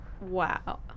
wow